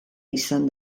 izan